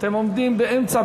אתם עומדים באמצע,